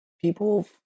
people